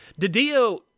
Didio